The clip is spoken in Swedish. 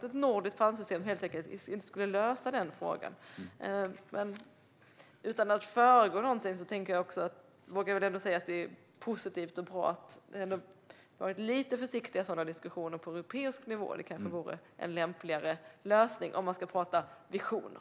Ett nordiskt pantsystem skulle helt enkelt inte lösa den frågan. Utan att föregå någonting vågar jag ändå säga att det är positivt och bra att det varit lite försiktiga sådana diskussioner på europeisk nivå. Det kanske vore en lämpligare lösning om man ska tala om visioner.